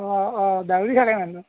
অঁ অঁ দৌৰি থাকে মানুহ